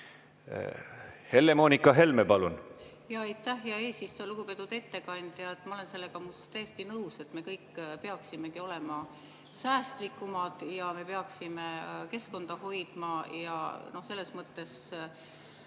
Helle-Moonika Helme, palun!